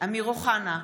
אמיר אוחנה,